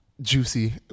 juicy